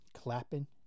clapping